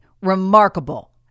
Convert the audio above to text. remarkable